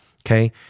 Okay